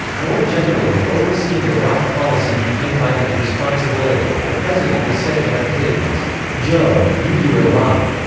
more generally, overseeing iraq policy became biden's responsibility the president is said to have put it as joe, you do iraq.